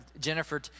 Jennifer